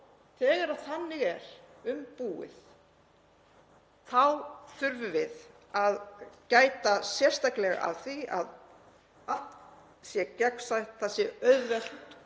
Þegar þannig er um búið þá þurfum við að gæta sérstaklega að því að allt sé gagnsætt, það sé auðvelt